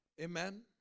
Amen